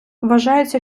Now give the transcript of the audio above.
вважається